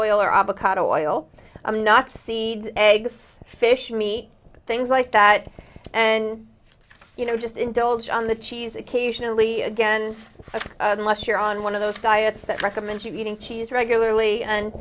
oil i'm not see a fish me things like that and you know just indulge on the cheese occasionally again unless you're on one of those diets that recommends you eating cheese regularly